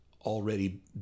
already